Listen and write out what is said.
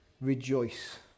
rejoice